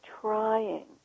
trying